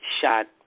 shot